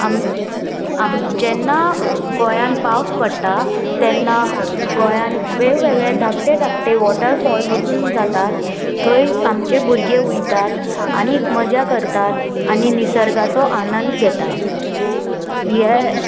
आम आम जेन्ना गोंयान पावस पडटा तेन्ना गोंयान वेगवेगळे धाकटे धाकटे वॉटरफॉल बसून जातात थंय आमचे भुरगे वयतात आनी मजा करतात आनी निसर्गाचो आनंद घेता हें